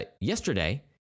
yesterday